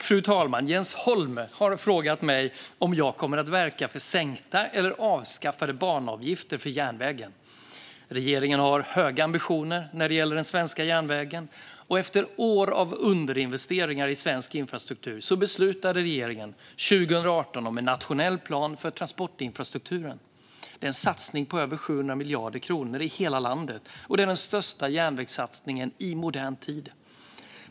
Fru talman! Jens Holm har frågat mig om jag kommer att verka för sänkta eller avskaffade banavgifter för järnvägen. Regeringen har höga ambitioner när det gäller den svenska järnvägen. Efter år av underinvesteringar i svensk infrastruktur beslutade regeringen 2018 om en nationell plan för transportinfrastrukturen. Det är en satsning på över 700 miljarder kronor i hela landet och den största järnvägssatsningen i modern tid.